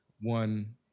one